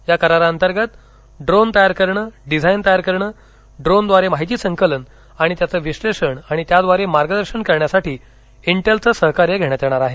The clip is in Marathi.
या कराराअंतर्गत ड्रोन तयार करणं डिझाईन तयार करणं ड्रोनद्वारे माहिती संकलन आणि त्याचं विश्लेषण आणि त्याद्वारे मार्गदर्शन करण्यासाठी इंटेलचं सहकार्य घेण्यात येणार आहे